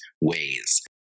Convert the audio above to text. ways